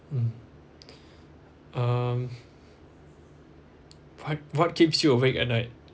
mm um what what keeps you awake at night